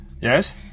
Yes